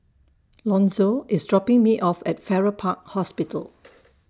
Lonzo IS dropping Me off At Farrer Park Hospital